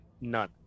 none